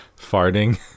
farting